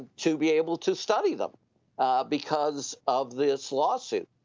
to be able to study them because of this lawsuit.